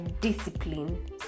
discipline